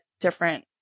different